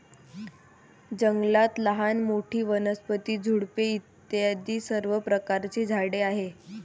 जंगलात लहान मोठी, वनस्पती, झुडपे इत्यादी सर्व प्रकारची झाडे आहेत